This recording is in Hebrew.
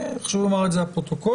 חשוב לומר את זה לפרוטוקול,